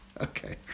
Okay